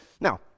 now